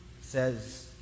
says